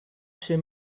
ces